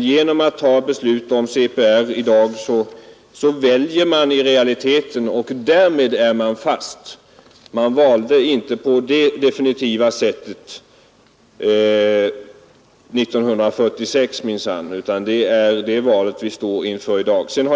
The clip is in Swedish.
Genom att ta beslut om CPR i dag väljer man i realiteten, och därmed är man fast. Man valde inte på det definitiva sättet 1946, utan det valet står vi inför i dag.